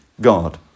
God